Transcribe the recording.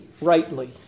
rightly